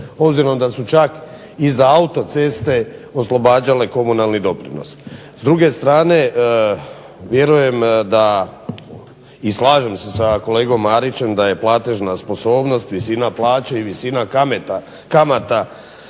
obzirom da su čak i za autoceste oslobađale komunalni doprinos. S druge strane vjerujem i slažem se s kolegom Marićem da je platežna sposobnost, visina plaće i visina kamata